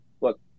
look